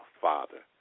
Father